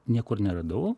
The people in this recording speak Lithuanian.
niekur neradau